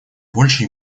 больше